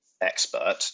expert